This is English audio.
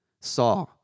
saw